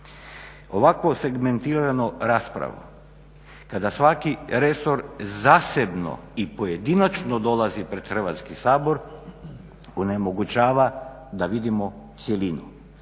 Ovakva segmentirana rasprava kada svaki resor i pojedinačno dolazi pred Hrvatski sabor onemogućava da vidimo cjelinu.